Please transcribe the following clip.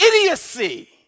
idiocy